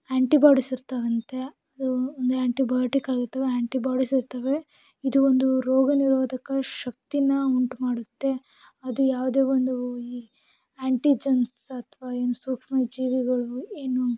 antibodies ಇರ್ತವಂತೆ antibiotic ಅಥವಾ antibodies ಇರ್ತವೆ ಇದು ಒಂದು ರೋಗನಿರೋಧಕ ಶಕ್ತಿನ ಉಂಟು ಮಾಡುತ್ತೆ ಅದು ಯಾವುದೇ ಒಂದು ಆ್ಯಂಟಿಜನ್ಸ್ ಅಥವಾ ಏನು ಸೂಕ್ಷ್ಮಜೀವಿಗಳು ಏನು